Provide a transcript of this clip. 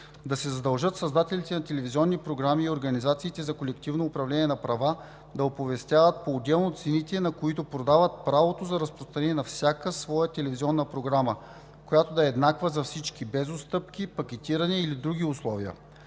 да се задължат създателите на телевизионни програми и организациите за колективно управление на права да оповестяват поотделно цените, на които продават правото за разпространение на всяка своя телевизионна програма, която да е еднаква за всички, без отстъпки, пакетиране или други условия;